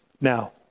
now